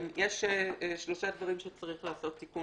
יש שלושה דברים שצריך לעשות תיקון